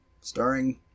Starring